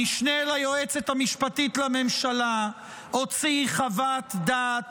המשנה ליועצת המשפטית לממשלה הוציא חוות דעת